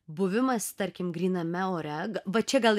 buvimas tarkim gryname ore va čia gal